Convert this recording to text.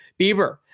Bieber